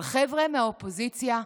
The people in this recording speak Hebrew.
אבל חבר'ה מהאופוזיציה,